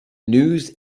news